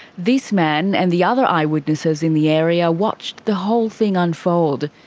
this man and the other eyewitnesses in the area watched the whole thing unfold,